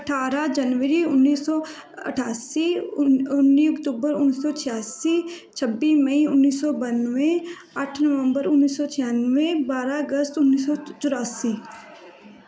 ਅਠਾਰਾਂ ਜਨਵਰੀ ਉੱਨੀ ਸੌ ਅਠਾਸੀ ਉਨ ਉੱਨੀ ਅਕਤੂਬਰ ਉੱਨੀ ਸੌ ਛਿਆਸੀ ਛੱਬੀ ਮਈ ਉੱਨੀ ਸੌ ਬਾਨਵੇਂ ਅੱਠ ਨਵੰਬਰ ਉੱਨੀ ਸੌ ਛਿਆਨਵੇਂ ਬਾਰ੍ਹਾਂ ਅਗਸਤ ਉੱਨੀ ਸੌ ਚੁਰਾਸੀ